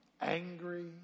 angry